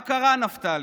מה קרה, נפתלי?